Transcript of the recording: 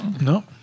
no